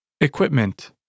Equipment